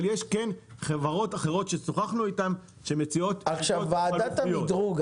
אבל כן יש חברות אחרות ששוחחנו איתן שמציעות שירות --- ועדת המדרוג,